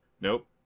Nope